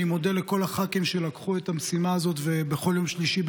אני מודה לכל הח"כים שלקחו את המשימה הזאת ובכל יום שלישי,